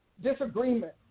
Disagreement